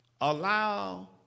Allow